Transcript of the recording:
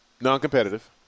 Non-competitive